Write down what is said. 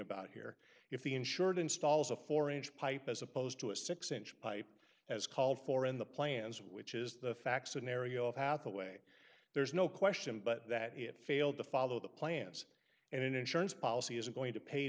about here if the insured installs a four inch pipe as opposed to a six inch pipe as called for in the plans which is the facts an area of hathaway there's no question but that it failed to follow the plans and an insurance policy isn't going to pay